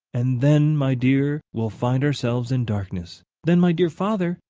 and then, my dear, we'll find ourselves in darkness. then, my dear father,